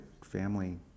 family